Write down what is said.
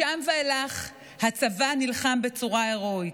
משם ואילך הצבא נלחם בצורה הירואית.